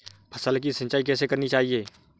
फसल की सिंचाई कैसे करनी चाहिए?